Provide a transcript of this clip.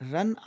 Run